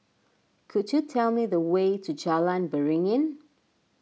could you tell me the way to Jalan Beringin